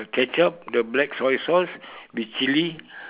ketchup the black soy sauce with Chili